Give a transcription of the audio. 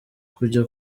kujya